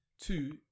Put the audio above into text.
two